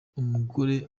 umugore